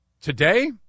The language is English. Today